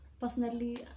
Personally